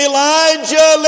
Elijah